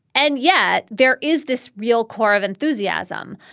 and yet there is this real core of enthusiasm.